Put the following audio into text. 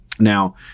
Now